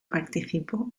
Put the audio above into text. participó